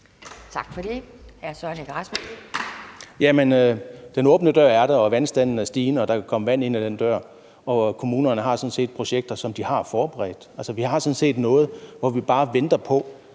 Rasmussen (EL): Jamen den åbne dør er der, og vandstanden er stigende, og der kan komme vand ind ad den dør. Kommunerne har sådan set projekter, som de har forberedt. Altså, vi har sådan set noget, der bare afventer en